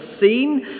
seen